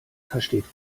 versteht